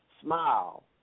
Smile